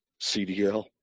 CDL